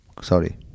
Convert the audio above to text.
Sorry